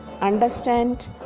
understand